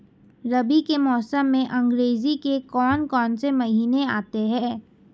रबी के मौसम में अंग्रेज़ी के कौन कौनसे महीने आते हैं?